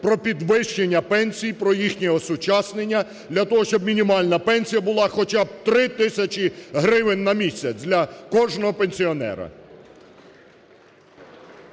про підвищення пенсій, про їхнє осучаснення для того, щоб мінімальна пенсія була хоча б три тисячі гривень на місяць для кожного пенсіонера.